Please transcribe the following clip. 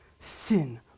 Sin